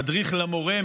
ממדריך למורה,